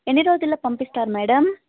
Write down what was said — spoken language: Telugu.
ఎన్ని రోజుల్లో పంపిస్తారు మేడం